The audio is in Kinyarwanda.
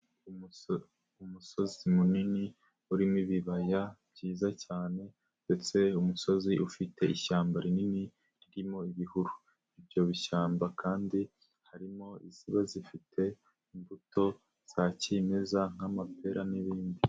Umusozi munini urimo ibibaya byiza cyane ndetse umusozi ufite ishyamba rinini ririmo ibihuru, ibyo bishyamba kandi harimo iziba zifite imbuto za kimeza nk'amapera n'ibindi.